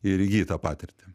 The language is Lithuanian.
ir įgyt tą patirtį